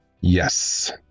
Yes